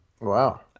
Wow